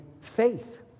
faith